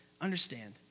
understand